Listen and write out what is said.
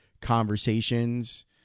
conversations